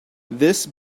this